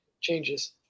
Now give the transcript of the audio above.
changes